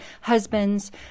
husbands